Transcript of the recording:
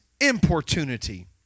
importunity